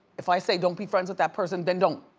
if i say don't be friends with that person, then don't.